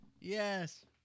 Yes